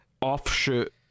offshoot